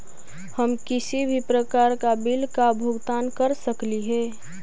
हम किसी भी प्रकार का बिल का भुगतान कर सकली हे?